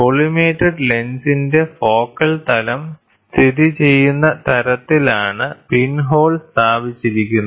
collimated ലെൻസിന്റെ focal തലം സ്ഥിതിചെയ്യുന്ന തരത്തിലാണ് പിൻഹോൾ സ്ഥാപിച്ചിരിക്കുന്നത്